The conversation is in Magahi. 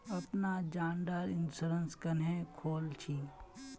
अपना जान डार इंश्योरेंस क्नेहे खोल छी?